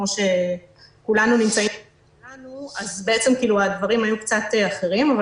כמו שכולנו נמצאים אז הדברים היו קצת אחרים אבל